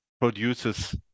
produces